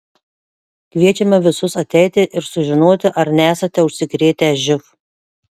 kviečiame visus ateiti ir sužinoti ar nesate užsikrėtę živ